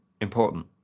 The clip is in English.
important